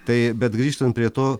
tai bet grįžtant prie to